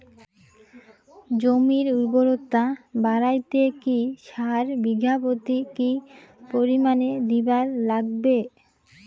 জমির উর্বরতা বাড়াইতে কি সার বিঘা প্রতি কি পরিমাণে দিবার লাগবে?